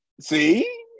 see